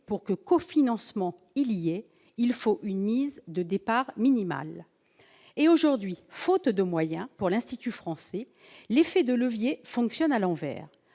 pour que cofinancement il y ait, il faut une mise de départ minimale ! Or, aujourd'hui, faute de moyens pour l'Institut français, l'effet de levier fonctionne à l'envers